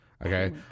okay